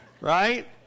Right